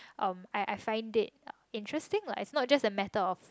um I I find it interesting lah it's not just the matter of